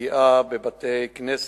הפגיעה בבתי-כנסת,